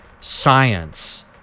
science